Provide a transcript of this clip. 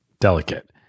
delicate